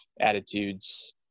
attitudes